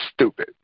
stupid